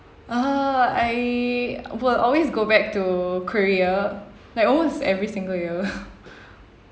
uh I will always go back to korea like almost every single year